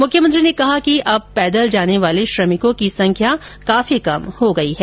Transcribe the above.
मुख्यमंत्री ने कहा कि अब पैदल जाने वाले श्रमिकों की संख्या काफी कम हो गई है